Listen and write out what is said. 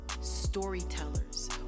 storytellers